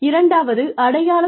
இரண்டாவது அடையாளம்